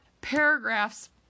paragraphs